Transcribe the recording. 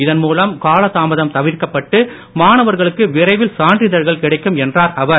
இதன் மூலம் காலதாமதம் தவிர்க்கப்பட்டு மாணவர்களுக்கு விரைவில் சான்றிதழ்கள் கிடைக்கும் என்றார் அவர்